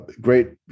great